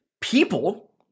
people